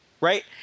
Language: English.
right